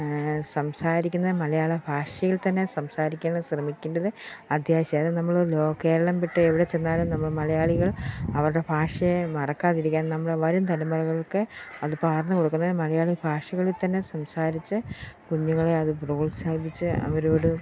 സംസാരിക്കുന്നത് മലയാള ഭാഷയിൽ തന്നെ സംസാരിക്കാൻ ശ്രമിക്കേണ്ടത് അത്യാവശ്യം അതായത് നമ്മൾ കേരളം വിട്ട് എവിടെ ചെന്നാലും നമ്മൾ മലയാളികൾ അവരുടെ ഭാഷയെ മറക്കാതിരിക്കാൻ നമ്മൾ വരും തലമുറകൾക്ക് അതു പകർന്ന് കൊടുക്കുന്നതിന് മലയാള ഭാഷകളിൽത്തന്നെ സംസാരിച്ച് കുഞ്ഞുങ്ങളെ അത് പ്രോത്സാഹിപ്പിച്ച് അവരോട്